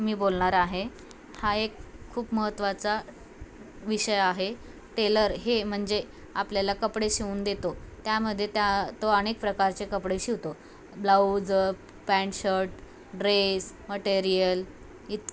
मी बोलणारआहे हा एक खूप महत्त्वाचा विषय आहे टेलर हे म्हणजे आपल्याला कपडे शिवून देतो त्यामध्येे त्या तो अनेक प्रकारचे कपडे शिवतो blouse pant shirt dress material इत